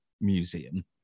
Museum